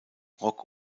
rock